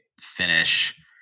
finish